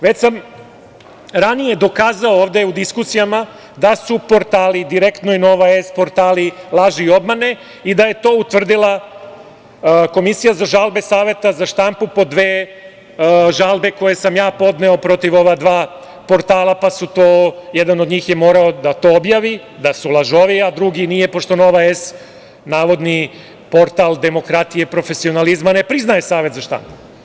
Već sam ranije dokazao ovde u diskusijama da su portali "Direktno" i "Nova S" portali laži i obmane i da je to utvrdila Komisija za žalbe Saveta za štampu po dve žalbe koje sam ja podneo protiv ova dva portala, pa je jedan od njih morao da to objavi, da su lažovi, a drugi nije, pošto "Nova S", navodni portal demokratije i profesionalizma ne priznaje Savet za štampu.